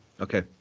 Okay